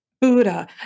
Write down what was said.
Buddha